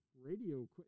radio